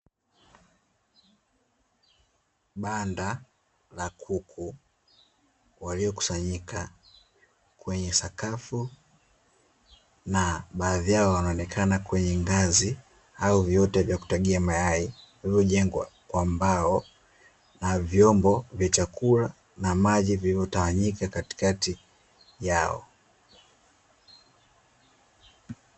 Banda la kuku waliokusanyika kwenye sakafu, na baadhi yao wanaonekana kwenye ngazi au viota vya kutagia mayai, vilivyojengwa kwa mbao na vyombo vya chakula na maji vilivyotawanyika katikati yao.